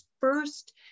first